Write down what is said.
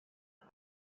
انسان